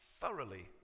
thoroughly